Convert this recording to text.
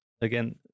again